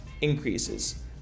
increases